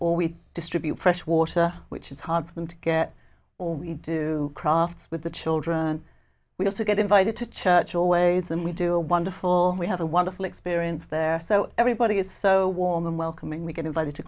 or we distribute fresh water which is hard for them to get or we do crafts with the children we also get invited to church always and we do a wonderful we have a wonderful experience there so everybody is so warm and welcoming we get invited to